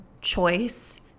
choice